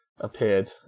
appeared